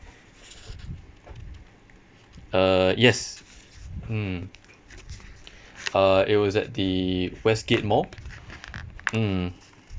uh yes mm uh it was at the westgate mall mm